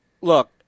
Look